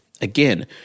Again